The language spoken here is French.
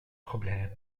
problème